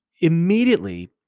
immediately